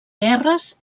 guerres